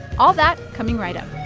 all that coming right up